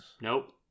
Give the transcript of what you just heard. Nope